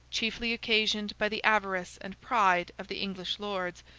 chiefly occasioned by the avarice and pride of the english lords,